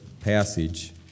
passage